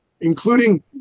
including